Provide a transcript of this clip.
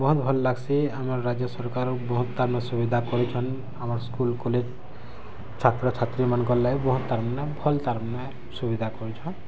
ବହୁତ୍ ଭଲ୍ ଲାଗସି ଆମର୍ ରାଜ୍ୟ ସରକାର୍ ବହୁତ୍ ତାର୍ ମାନେ ସୁବିଧା କରିଛନ୍ ଆମର୍ ସ୍କୁଲ୍ କଲେଜ୍ ଛାତ୍ର ଛାତ୍ରୀ ମାନକର୍ ଲାଗି ବହୁତ୍ ତାର୍ ମାନେ ଭଲ୍ ତାର୍ ମାନେ ସୁବିଧା କରିଛନ୍